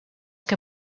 que